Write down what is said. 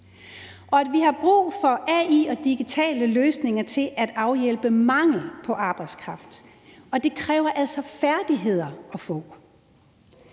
og at vi har brug for AI og digitale løsninger til at afhjælpe mangel på arbejdskraft. Og det kræver altså færdigheder at få.